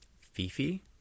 fifi